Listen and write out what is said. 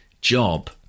job